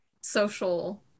social